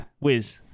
whiz